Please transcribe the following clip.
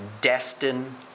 Destin